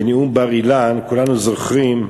בנאום בר-אילן, כולנו זוכרים,